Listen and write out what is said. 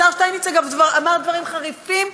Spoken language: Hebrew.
השר שטייניץ אמר דברים חריפים,